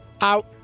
out